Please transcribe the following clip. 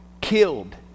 killed